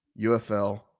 UFL